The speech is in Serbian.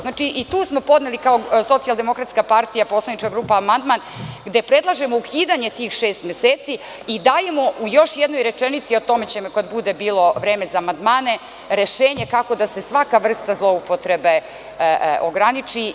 Znači, i tu smo podneli kao Socijaldemokratska partija amandman, gde predlažemo ukidanje tih šest meseci i dajemo u još jednoj rečenici, ali o tome ćemo kad bude vreme za amandmane, rešenje kako da se svaka vrsta zloupotrebe ograniči.